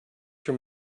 your